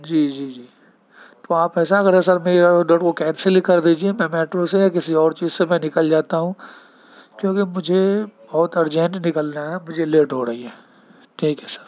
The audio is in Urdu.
جی جی جی تو آپ ایسا کریں سر میں یہ وہ کینسل ہی کر دیجیے میں میٹرو سے یا کسی اور چیز سے میں نکل جاتا ہوں کیونکہ مجھے بہت ارجنٹ نکلنا ہے مجھے لیٹ ہو رہی ہے ٹھیک ہے سر